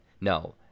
No